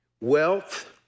wealth